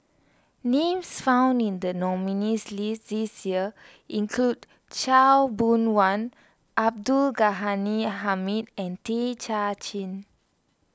names found in the nominees' list this year include Khaw Boon Wan Abdul Ghani Hamid and Tay Kay Chin